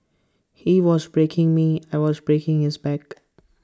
he was breaking me I was breaking his back